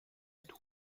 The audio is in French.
tout